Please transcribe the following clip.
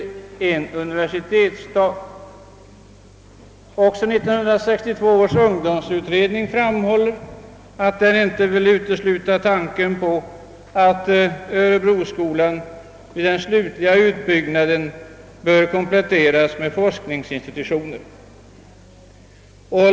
Även 1962 års ungdomsutredning framhåller att den inte vill utesluta tanken på att örebroskolan vid den slutliga utbyggnaden bör kompletteras med forskningsinstitutioner.